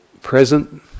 present